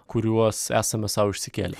kuriuos esame sau išsikėlę